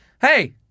hey